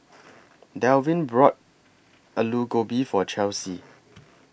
Delwin bought Alu Gobi For Chelsey